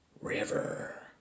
River